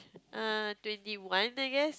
err twenty one I guess